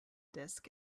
disk